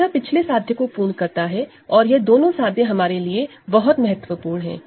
तो यह पिछले प्रोपोज़िशन को पूर्ण करता है और यह दोनों प्रोपोज़िशन हमारे लिए बहुत महत्वपूर्ण है